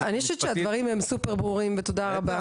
אני חושבת שהדברים הם סופר ברורים ותודה רבה.